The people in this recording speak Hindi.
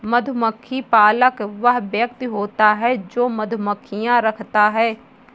मधुमक्खी पालक वह व्यक्ति होता है जो मधुमक्खियां रखता है